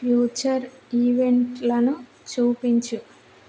future ఈవెంట్లను చూపించు